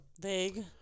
vague